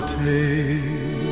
take